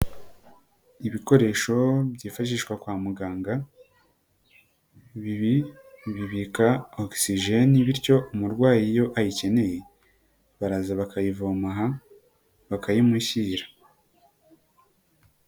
Ibikoresho byifashishwa kwa muganga, bibika ogisijeni bityo umurwayi iyo ayikeneye baraza bakayivoma aha, bakayimushyira.